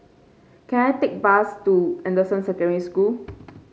can I take a bus to Anderson Secondary School